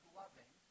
loving